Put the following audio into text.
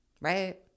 Right